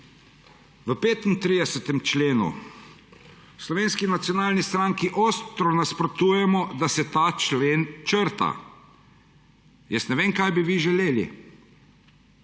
35. členu v Slovenski nacionalni stranki ostro nasprotujemo, da se ta člen črta. Jaz ne vem, kaj bi vi želeli.